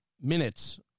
minutes